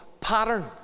pattern